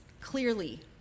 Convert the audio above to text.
clearly